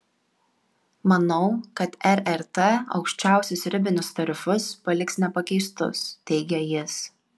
manau kad rrt aukščiausius ribinius tarifus paliks nepakeistus teigia jis